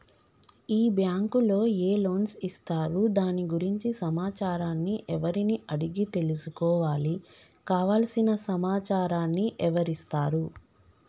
ఈ బ్యాంకులో ఏ లోన్స్ ఇస్తారు దాని గురించి సమాచారాన్ని ఎవరిని అడిగి తెలుసుకోవాలి? కావలసిన సమాచారాన్ని ఎవరిస్తారు?